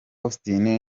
austin